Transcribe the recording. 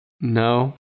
No